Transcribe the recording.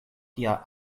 tia